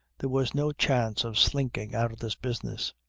there was no chance of slinking out of this business.